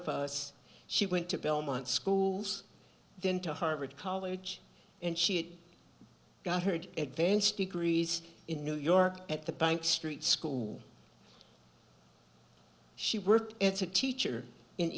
of us she went to belmont schools then to harvard college and she got her and advanced degrees in new york at the bank street school she worked as a teacher in